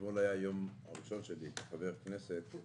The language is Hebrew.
אתמול היה היום הראשון שלי כחבר כנסת.